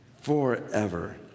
Forever